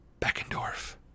Beckendorf